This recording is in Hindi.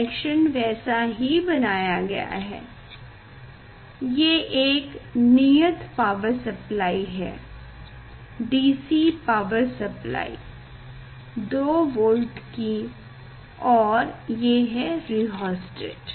कनेक्शन वैसा ही बनाया गया है ये एक नियत पावर सप्लाइ है DC पावर सप्लाइ 2 वोल्ट की और ये है रिहोस्टेट